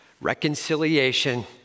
reconciliation